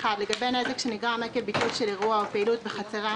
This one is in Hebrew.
(1) לגבי נזק שנגרם עקב ביטול של אירוע או פעילות בחצרם